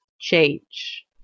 change